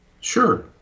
Sure